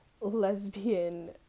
lesbian